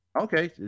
Okay